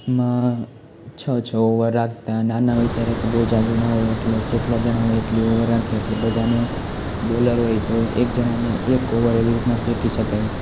એમાં છ છ ઓવર રાખતા નાના હોઈએ ત્યારે તો બહુ ઝાઝું ના હોય એટલે જેટલા જાણા હોઈ એટલી ઓવર રાખીએ એટલે બધાને બોલર હોય તોય એક જણાંને એકો એવી રીતના ફેંકી શકાય